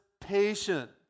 patient